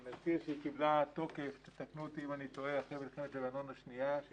היא קיבלה תוקף אחרי מלחמת לבנון השנייה תקנו אותי אם